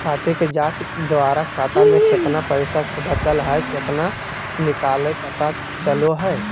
खाते के जांच द्वारा खाता में केतना पैसा बचल हइ केतना निकलय पता चलो हइ